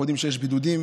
אנחנו יודעים שיש בידודים,